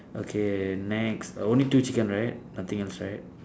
okay next only two chicken right nothing else right